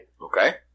Okay